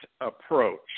approach